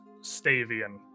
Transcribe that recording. Stavian